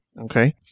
Okay